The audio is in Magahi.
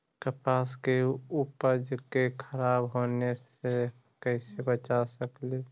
कपास के उपज के खराब होने से कैसे बचा सकेली?